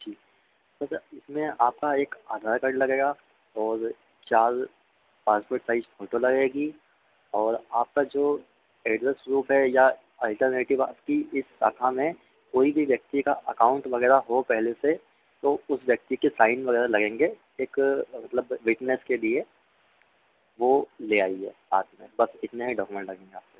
जी पर सर इसमें आपका एक आधार कार्ड लगेगा और चार पासपोर्ट साइज फ़ोटो लगेगी और आपका जो एड्रेस प्रूफ़ है या अल्टरनेटिव आपकी इस साखा में कोई भी व्यक्ति का अकाउंट वग़ैरह हो पहले से तो उस व्यक्ति के साइन वग़ैरह लगेंगे एक मेरा मतलब विटनेस के लिए वह ले आइए साथ में बस इतने ही डॉकुमेंट लगेंगे आपके